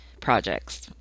projects